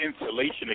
insulation